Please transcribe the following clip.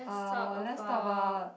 uh let's talk about